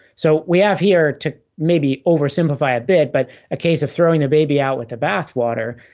so we have here, to maybe oversimplify a bit, but a case of throwing the baby out with the bath water.